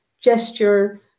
gesture